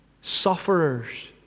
sufferers